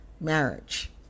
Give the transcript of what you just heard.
marriage